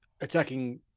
attacking